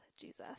Jesus